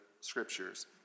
scriptures